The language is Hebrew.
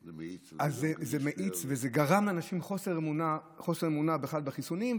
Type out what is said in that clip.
זה מאיץ וזה גרם לאנשים לחוסר אמונה בכלל בחיסונים.